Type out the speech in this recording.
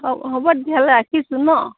অঁ হ'ব তেতিয়াহ'লে ৰাখিছোঁ ন